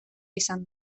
izan